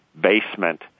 basement